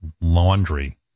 Laundry